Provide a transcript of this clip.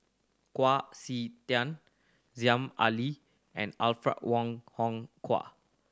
Kwa Siew Tiang Aziza Ali and Alfred Wong Hong Kwua